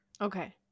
Okay